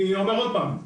אני אומר עוד פעם,